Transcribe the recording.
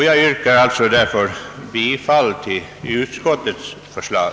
Jag yrkar därför bifall till utskottets förslag.